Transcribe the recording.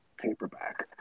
Paperback